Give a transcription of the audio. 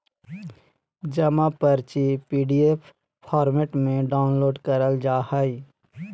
जमा पर्ची PDF format में डाउनलोड करल जा हय